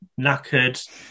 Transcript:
knackered